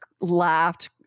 laughed